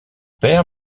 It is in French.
père